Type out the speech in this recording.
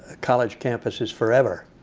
college campus is forever.